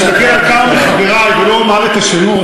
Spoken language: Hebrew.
אתה מוכן להגן עלי למרות שאני באופוזיציה?